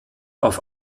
auf